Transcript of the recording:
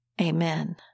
Amen